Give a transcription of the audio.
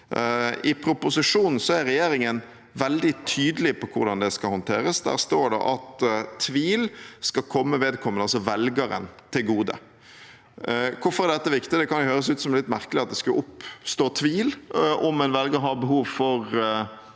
I proposisjonen er regjeringen veldig tydelig på hvordan det skal håndteres. Der står det at tvil skal komme vedkommende, altså velgeren, til gode. Hvorfor er dette viktig? Det kan høres litt merkelig ut at det skulle oppstå tvil om hvorvidt en velger har behov for